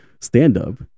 stand-up